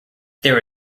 there